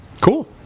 cool